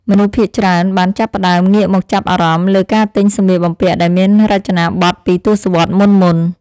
មនុស្សភាគច្រើនបានចាប់ផ្តើមងាកមកចាប់អារម្មណ៍លើការទិញសម្លៀកបំពាក់ដែលមានរចនាប័ទ្មពីទសវត្សរ៍មុនៗ។